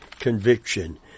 conviction